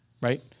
right